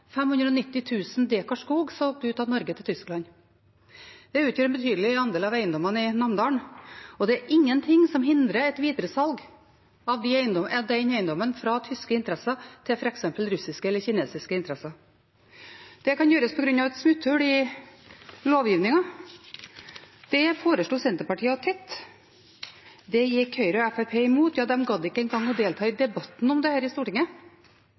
skog solgt ut av Norge, til Tyskland. Det utgjør en betydelig andel av eiendommene i Namdalen, og det er ingenting som hindrer et videresalg av den eiendommen fra tyske interesser til f.eks. russiske eller kinesiske interesser. Det kan gjøres på grunn av et smutthull i lovgivningen. Det foreslo Senterpartiet å tette. Det gikk Høyre og Fremskrittspartiet imot – ja, de gadd ikke engang å delta i debatten om dette i Stortinget.